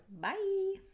Bye